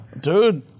Dude